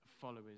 followers